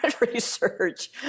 research